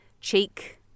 cheek